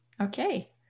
Okay